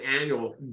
annual